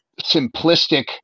simplistic